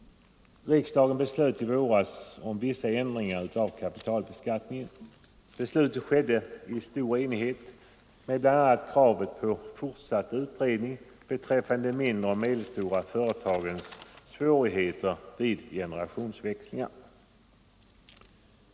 Riksdagen beslöt i våras om vissa ändringar av kapitalbeskattningen. Beslutet skedde i stor enighet med bl.a. kravet på fortsatt utredning beträffande de mindre och medelstora företagarnas svårigheter vid generationsväxlingar.